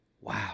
wow